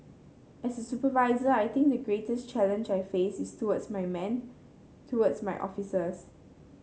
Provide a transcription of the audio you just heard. as a supervisor I think the greatest challenge I face is towards my men towards my officers